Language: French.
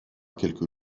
quelques